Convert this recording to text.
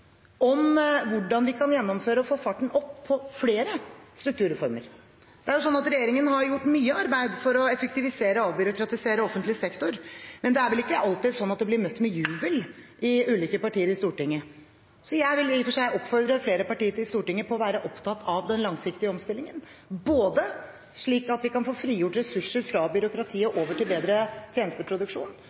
om hvordan vi kan gjennomføre og få farten opp på flere strukturreformer. Regjeringen har gjort mye arbeid for å effektivisere og avbyråkratisere offentlig sektor, men det er vel ikke alltid sånn at det blir møtt med jubel i ulike partier i Stortinget. Så jeg vil i og for seg oppfordre flere partier i Stortinget til å være opptatt av den langsiktige omstillingen både slik at vi kan få frigjort ressurser fra byråkratiet over til bedre tjenesteproduksjon,